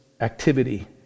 activity